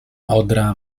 odra